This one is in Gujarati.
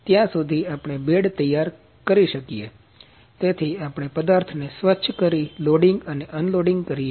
ત્યાં સુધી આપણે બેડ તૈયાર કરી શકીએ તેથી આપણે પદાર્થ ને સ્વચ્છ કરી લોડીંગ અને અનલોડીંગ કરીએ